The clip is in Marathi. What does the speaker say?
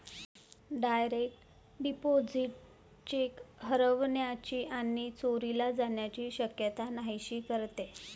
डायरेक्ट डिपॉझिट चेक हरवण्याची आणि चोरीला जाण्याची शक्यता नाहीशी करते